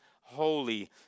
holy